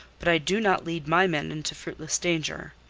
but i do not lead my men into fruitless danger.